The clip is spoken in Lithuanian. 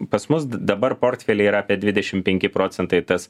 pas mus dabar portfely yra apie dvidešim penki procentai tas